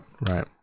right